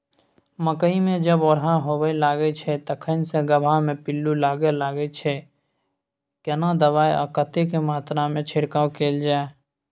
मकई मे जब ओरहा होबय लागय छै तखन से गबहा मे पिल्लू लागय लागय छै, केना दबाय आ कतेक मात्रा मे छिरकाव कैल जाय?